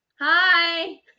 Hi